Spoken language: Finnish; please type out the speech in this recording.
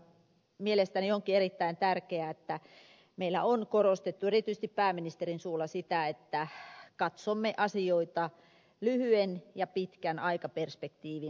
mielestäni onkin erittäin tärkeää että meillä on korostettu erityisesti pääministerin suulla sitä että katsomme asioita lyhyen ja pitkän aikaperspektiivin näkökulmasta